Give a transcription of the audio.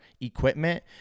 equipment